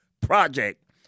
project